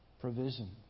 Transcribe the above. provision